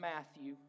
Matthew